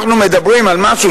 אנחנו מדברים על משהו,